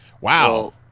Wow